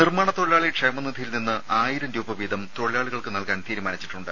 നിർമ്മാണ തൊഴിലാളി ക്ഷേമനിധിയിൽ നിന്ന് ആയിരം രൂപ വീതം തൊഴിലാളികൾക്ക് നൽകാൻ തീരുമാനിച്ചിട്ടുണ്ട്